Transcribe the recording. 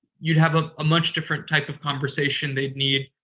you'd have a much different type of conversation. they'd need